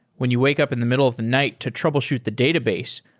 when you wake up in the middle of the night to troubleshoot the database,